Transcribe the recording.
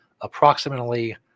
approximately